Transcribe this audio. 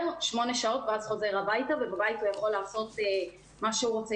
לשמונה שעות ואז חוזר הביתה ובבית הוא יכול לעשות מה שהוא רוצה.